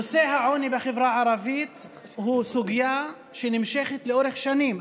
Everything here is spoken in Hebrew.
נושא העוני בחברה הערבית הוא סוגיה שנמשכת לאורך השנים.